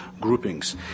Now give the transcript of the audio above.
groupings